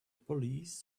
police